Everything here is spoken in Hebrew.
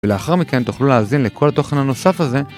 ולאחר מכן תוכלו להזין לכל התוכן הנוסף הזה